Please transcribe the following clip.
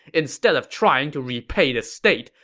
instead of trying to repay the state,